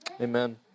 amen